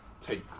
take